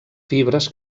fibres